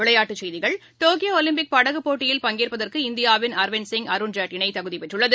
விளையாட்டுச் செய்திகள் டோக்கியோஒலிம்பிக் படகுப் போட்டியில் பங்கேற்பதற்கு இந்தியாவின் அரவிந்த் சிங் அருண் ஜாட் இணைதகுதிபெற்றுள்ளது